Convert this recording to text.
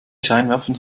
scheinwerfern